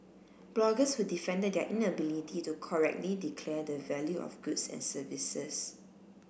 bloggers who defended their inability to correctly declare the value of goods and services